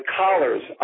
collars